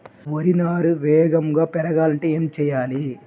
వరి నారు వేగంగా పెరగాలంటే ఏమి చెయ్యాలి?